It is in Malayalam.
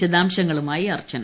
വിശദംശങ്ങളുമായി അർച്ചന